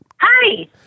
Hi